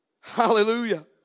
Hallelujah